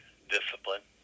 discipline